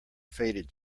faded